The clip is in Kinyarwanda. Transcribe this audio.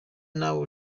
nawe